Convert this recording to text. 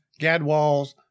gadwalls